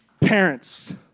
Parents